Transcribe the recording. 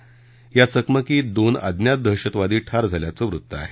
तर या चकमकीत दोन अज्ञात दहशतवादी ठार झाल्याचं वृत्त आहे